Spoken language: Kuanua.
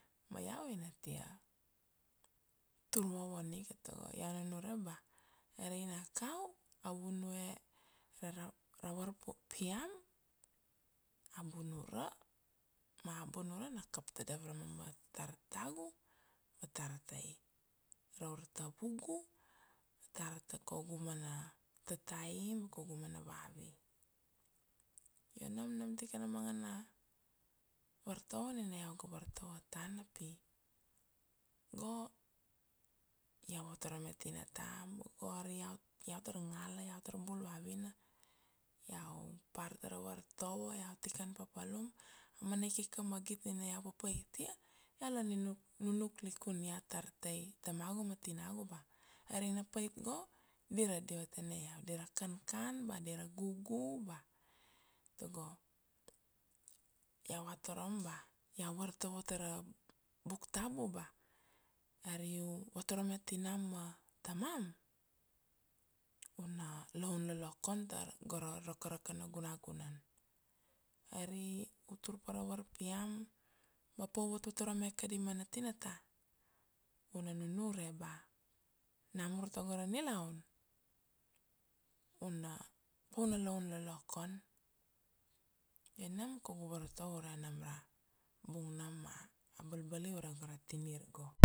ma iau ina tia tur vovon ika, tago iau nunure ba ari ina kau, a bunura ma a bunura na kap tadav ra mamat tar tagu ma tar tai ra ura tavugu, tar ta kaugu mana tatai ma kaugu mana vavi. Io nam, nam tikana manga na vartovo nina iau ga vartovo tana pi go iau vatorome tinata, iau tar ngala, iau tar bul vavina, iau par tara vartovo, iau tikan papalum, a mana ik ika magit nina iau papait ia, iau la nunuk likun iat tar tai tamagu ma tinagu ba ari na pait go dir a diva tane iau, dir a kankan, ba dir a gugu ba, tago iau vatorom ba iau vartovo tara buk tabu ba, ari u vatorome tinam ma tamam, una laun lolokon go ra rakaraka na guna gunan. Ari u tur pa ra varpiam ma pa u vatvatorome ka di mana tinata, una nunure ba namur tago ra nilaun, una, pa una laun lolokon, io nam kaugu vartovo ure nam ra bung nam ma balbali ure go ra tinir go.